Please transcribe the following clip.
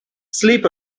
sleep